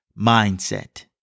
Mindset